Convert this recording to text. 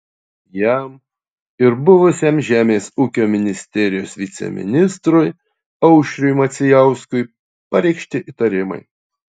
jam ir buvusiam žemės ūkio ministerijos viceministrui aušriui macijauskui pareikšti įtarimai